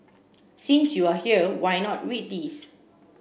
since you are here why not read this